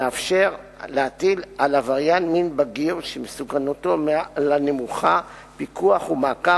מאפשר להטיל על עבריין מין בגיר שמסוכנותו מעל לנמוכה פיקוח ומעקב